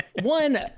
One